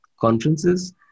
conferences